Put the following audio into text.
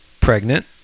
pregnant